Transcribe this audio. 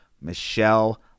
Michelle